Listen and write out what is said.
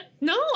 no